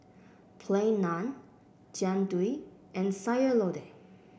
Plain Naan Jian Dui and Sayur Lodeh